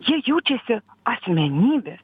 jie jaučiasi asmenybės